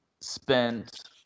spent